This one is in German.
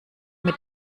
mit